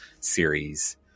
series